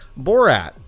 Borat